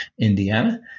Indiana